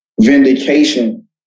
vindication